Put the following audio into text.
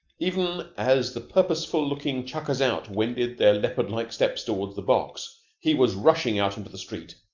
even as the purposeful-looking chuckers-out wended their leopard-like steps toward the box, he was rushing out into the street.